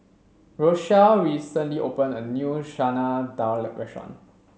Rochelle recently opened a new Chana Dal restaurant